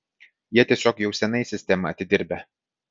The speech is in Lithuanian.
jie tiesiog jau seniai sistemą atidirbę